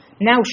now